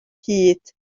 hud